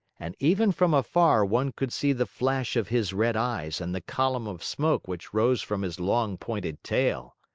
and even from afar one could see the flash of his red eyes and the column of smoke which rose from his long, pointed tail.